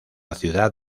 ciudad